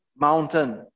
mountain